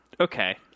okay